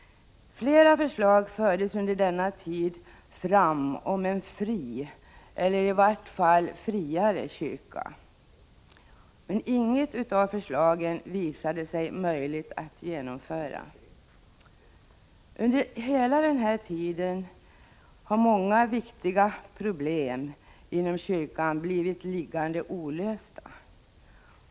Flera förslag fördes under denna tid fram om en fri eller i vart fall friare kyrka, men inget av förslagen visade sig möjligt att genomföra. Under hela den här tiden har många viktiga problem inom kyrkan blivit liggande olösta.